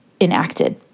enacted